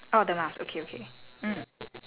as a morning cleanser is it what